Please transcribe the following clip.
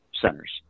centers